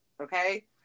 okay